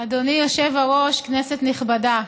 אדוני היושב-ראש, כנסת נכבדה,